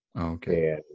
okay